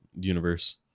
universe